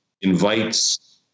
invites